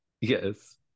Yes